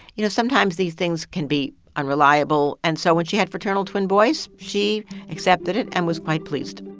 you know, sometimes these things can be unreliable. and so when she had fraternal twin boys, she accepted it and was quite pleased